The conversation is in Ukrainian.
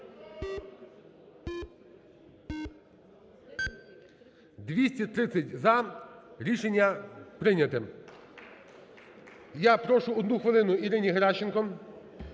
230 – за, рішення прийняте. Я прошу одну хвилину – Ірині Геращенко.